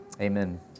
amen